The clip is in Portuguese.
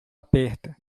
aperta